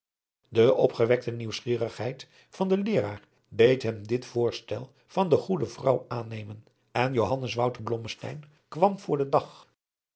de opgewekte nieuwsgierigheid van den leeraar deed hem dit voorstel van de goede vrouw aannemen en johannes wouter blommesteyn kwam voor den dag